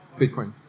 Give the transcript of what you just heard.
Bitcoin